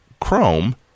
chrome